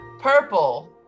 Purple